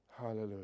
Hallelujah